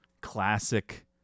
classic